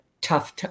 tough